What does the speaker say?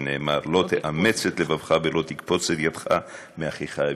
שנאמר 'לא תאמץ את לבבך ולא תקפֹץ את ידך מאחיך האביון'".